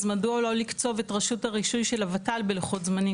אז מדוע לא לקצוב את רשות הרישוי של הוות"ל בלוחות זמנים?